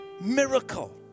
miracle